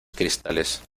cristales